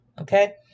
Okay